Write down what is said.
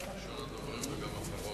לקריאה שנייה ולקריאה שלישית: